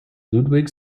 ludwig